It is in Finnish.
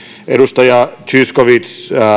edustaja zyskowicz